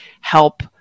help